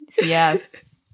Yes